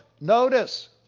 notice